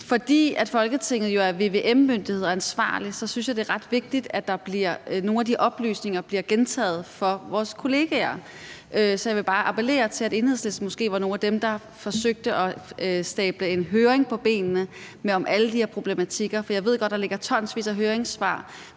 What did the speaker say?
Fordi Folketinget jo er vvm-myndighed og ansvarlig, synes jeg, det er ret vigtigt, at nogle af de oplysninger bliver gentaget for vores kolleger, så jeg vil bare appellere til, at Enhedslisten måske var nogle af dem, der forsøgte at stable en høring på benene om alle de her problematikker. Jeg ved godt, at der ligger tonsvis af høringssvar,